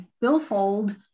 billfold